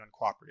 uncooperative